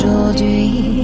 Aujourd'hui